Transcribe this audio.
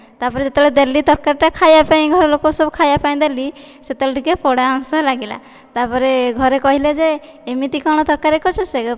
ତା'ପରେ ଯେତବେଳେ ଦେଲି ତରକାରୀ ଟା ଖାଇବା ପାଇଁ ଘରେ ଲୋକ ସବୁ ଖାଇବା ପାଇଁ ଦେଲି ସେତେବେଳେ ଟିକେ ପୋଡ଼ା ଅଂଶ ଲାଗିଲା ତା'ପରେ ଘରେ କହିଲେ ଯେ ଏମିତି କଣ ତରକାରୀ କରିଛୁ ସେ